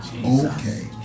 Okay